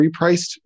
repriced